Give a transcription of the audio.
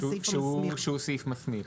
הוא סעיף מסמיך.